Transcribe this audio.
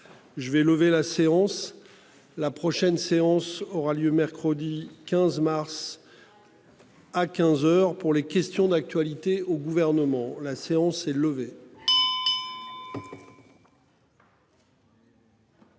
Je vais lever la séance. La prochaine séance aura lieu mercredi 15 mars. À 15h pour les questions d'actualité au gouvernement. La séance est levée.